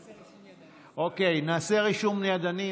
אוקיי, נעשה רישום ידני.